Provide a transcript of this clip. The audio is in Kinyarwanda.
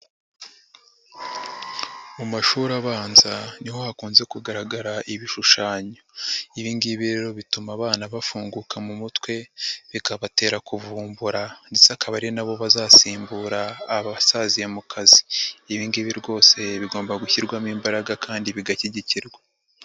Mu mashuri abanza niho hakunze kugaragara ibishushanyo. Ibi ngibi rero bituma abana bafunguka mu mutwe, bikabatera kuvumbura ndetse akaba ari na bo bazasimbura abasaziye mu kazi. Ibi ngibi rwose bigomba gushyirwamo imbaraga kandi bigashyigikirwa.